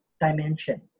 dimension